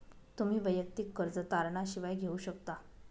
तुम्ही वैयक्तिक कर्ज तारणा शिवाय घेऊ शकता